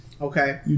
okay